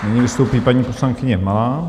Nyní vystoupí paní poslankyně Malá.